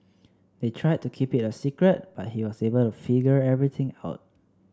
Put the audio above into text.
they tried to keep it a secret but he was able to figure everything out